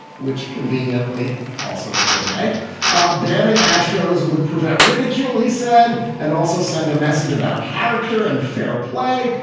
which conveniently also wasn't a danning. astros would prevent ridicule, he said, and also send a message about character and fair play.